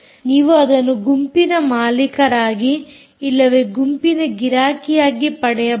ನೀವು ಅದನ್ನು ಗುಂಪಿನ ಮಾಲೀಕರಾಗಿ ಇಲ್ಲವೇ ಗುಂಪಿನ ಗಿರಾಕಿಯಾಗಿ ಪಡೆಯಬಹುದು